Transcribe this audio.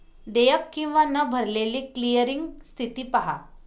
देयक किंवा न भरलेली क्लिअरिंग स्थिती पहा